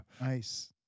Nice